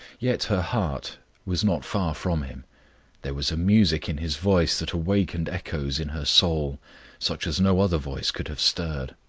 yet her heart was not far from him there was a music in his voice that awakened echoes in her soul such as no other voice could have stirred.